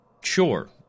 sure